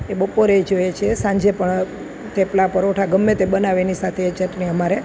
એ બપોરે ય જોઈએ છે સાંજે પણ થેપલા પરોઠા ગમે તે બનાવે એની સાથે એ ચટણી અમારે